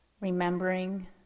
remembering